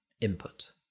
input